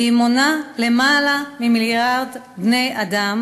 והיא מונה למעלה ממיליארד בני-אדם